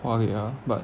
花给她 but